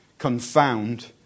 confound